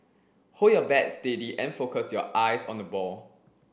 hold your bat steady and focus your eyes on the ball